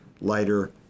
lighter